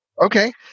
Okay